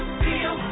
feel